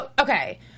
okay